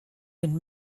and